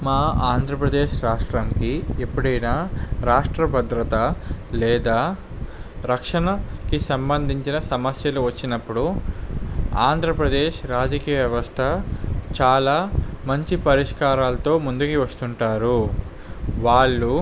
మా ఆంధ్రప్రదేశ్ రాష్ట్రానికి ఎప్పుడైనా రాష్ట్ర భద్రత లేదా రక్షణకి సంబంధించిన సమస్యలు వచ్చినప్పుడు ఆంధ్రప్రదేశ్ రాజకీయ వ్యవస్థ చాలా మంచి పరిష్కారాలతో ముందుకు వస్తుంటారు వాళ్ళు మా ఆంధ్రప్రదేశ్ రాష్ట్రానికి ఎప్పుడైనా రాష్ట్ర భద్రత లేదా రక్షణకి సంబంధించిన సమస్యలు వచ్చినప్పుడు ఆంధ్రప్రదేశ్ రాజకీయ వ్యవస్థ చాలా మంచి పరిష్కారాలతో ముందుకు వస్తుంటారు వాళ్ళు